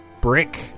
brick